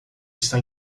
está